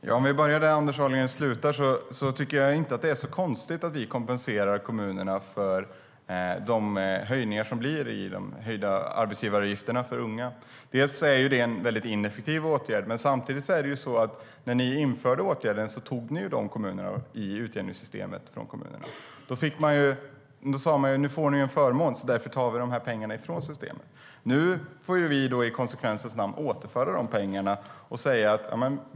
Låt mig börja där Anders Ahlgren slutar. Det är inte så konstigt att vi kompenserar kommunerna för de höjningar som blir i de höjda arbetsgivaravgifterna för unga. Dels är det en ineffektiv åtgärd, dels tog ni pengarna från utjämningssystemet för kommunerna när ni införde åtgärden. Ni sa: Nu får ni en förmån, så därför tar vi dessa pengar från systemet. Nu får vi i konsekvensens namn återföra dessa pengar.